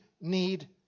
need